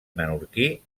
menorquí